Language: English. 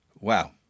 wow